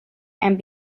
and